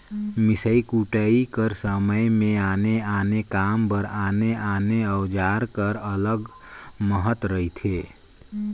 मिसई कुटई कर समे मे आने आने काम बर आने आने अउजार कर अलगे महत रहथे